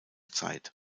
zeit